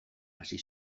hasi